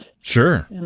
Sure